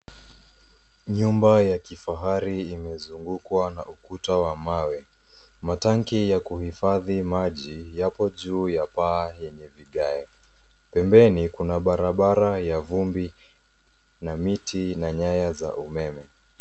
Nyumba ya kifahari imezungukwa na ukuta wa mawe. Matanki ya kuhifadhi maji yapo juu ya paa yenye vigae. Pembeni kuna barabara ya vumbi na miti na nyaya za umeme.